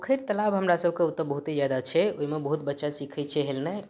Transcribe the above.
पोखरि तालाब हमरा सबके ओते बहुते जादा छै ओहिमे बहुत बच्चा सीखै छै हेलनाइ